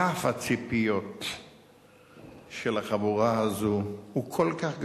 רף הציפיות של החבורה הזו הוא כל כך גבוה.